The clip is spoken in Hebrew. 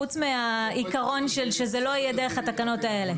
חוץ מהעיקרון שזה לא יהיה דרך התקנות האלה.